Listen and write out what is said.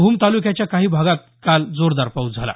भूम तालुक्याच्या काही भागातही काल जोरदार पाऊस झाला